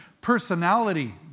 personality